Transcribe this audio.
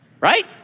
right